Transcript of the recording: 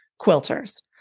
quilters